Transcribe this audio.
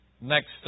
Next